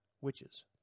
witches